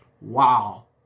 Wow